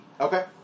okay